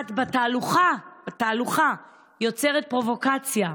את בתהלוכה, בתהלוכה, יוצרת פרובוקציה.